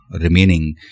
remaining